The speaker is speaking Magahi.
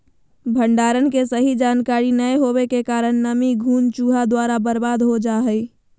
भंडारण के सही जानकारी नैय होबो के कारण नमी, घुन, चूहा द्वारा बर्बाद हो जा हइ